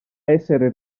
essere